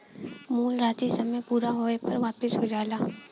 मूल राशी समय पूरा होये पर वापिस हो जाला